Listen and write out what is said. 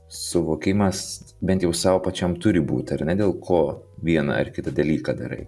suvokimas bent jau sau pačiam turi būti ar ne dėl ko vieną ar kitą dalyką darai